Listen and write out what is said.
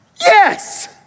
Yes